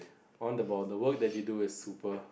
on the ball the work that you do is super